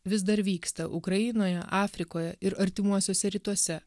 vis dar vyksta ukrainoje afrikoje ir artimuosiuose rytuose